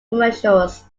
commercials